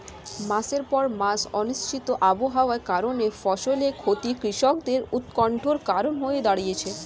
মাসের পর মাস অনিশ্চিত আবহাওয়ার কারণে ফসলের ক্ষতি কৃষকদের উৎকন্ঠার কারণ হয়ে দাঁড়িয়েছে